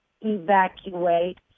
evacuate